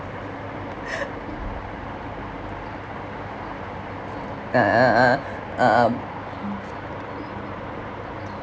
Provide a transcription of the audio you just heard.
ah ah ah uh um